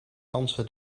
dansen